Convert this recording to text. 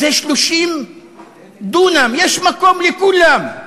זה 30 דונם, יש מקום לכולם.